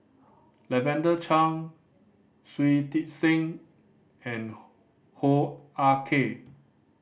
Lavender Chang Shui Tit Sing and Hoo Ah Kay